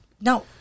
no